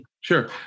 Sure